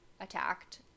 attacked